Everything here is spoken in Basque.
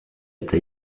eta